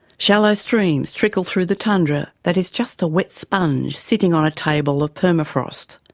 shallow streams trickle through the tundra that is just a wet sponge sitting on a table of permafrost.